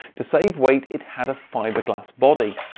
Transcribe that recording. to save weight it had a fibre glass body.